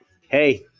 Hey